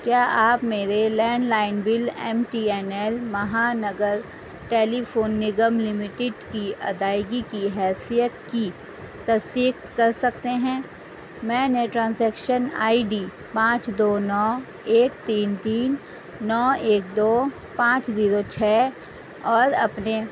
کیا آپ میرے landline bill M T N L Mahanagar telephone Nigam limited کی ادائیگی کی حیثیت کی تصدیق کر سکتے ہیں میں نے ٹرانزیکشن آئی ڈی پانچ دو نو ایک تین تین نو ایک دو پانچ زیرو چھ اور اپنے